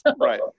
Right